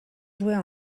jouer